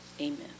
Amen